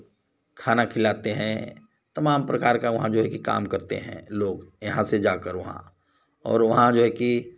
खाना खिलाते हैं तमाम प्रकार का वहाँ जो है कि काम करते हैं लोग यहाँ से जा कर वहाँ और वहाँ जो है कि